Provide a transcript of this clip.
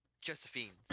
Josephine